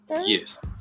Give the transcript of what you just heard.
Yes